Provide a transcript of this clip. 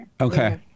Okay